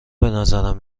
بنظرم